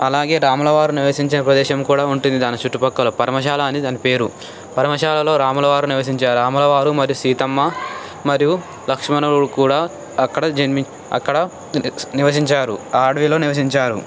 అలాగే రాములవారి నివసించే ప్రదేశం కూడా ఉంటుంది దాని చుట్టుపక్కల పరమశాల అని దాని పేరు పరమశాలలో రాములవారు నివసించారు రాములవారు మరియు సీతమ్మ మరియు లక్ష్మణుడు కూడా అక్కడ జన్మి అక్కడ నివసించారు ఆ అడవిలో నివసించారు